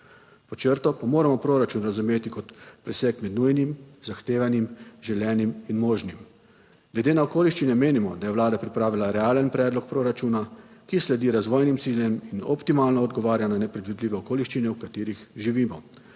Pod črto pa moramo proračun razumeti kot presek med nujnim, zahtevanim, želenim in možnim glede na okoliščine. Menimo, da je Vlada pripravila realen predlog proračuna, ki sledi razvojnim ciljem in optimalno odgovarja na nepredvidljive okoliščine v katerih živimo.